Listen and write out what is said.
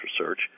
research